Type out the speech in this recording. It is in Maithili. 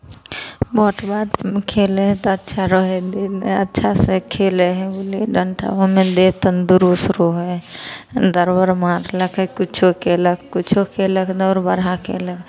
बॉट बैल खेले हइ तऽ अच्छा रहे ह अच्छा से खेले हय गुल्ली डंटा उमे देह दंदुरूस्त रहतै होबऽ हइ मारलकै किछु केलक किछु केलक दौड़ बढ़ा केलक